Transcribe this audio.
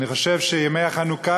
אני חושב שימי החנוכה,